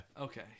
Okay